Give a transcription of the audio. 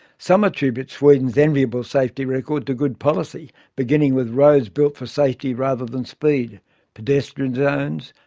some attribute sweden's enviable safety record to good policy, beginning with roads built for safety rather than speed pedestrian zones,